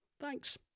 thanks